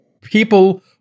people